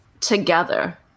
together